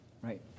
right